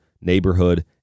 neighborhood